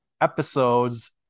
episodes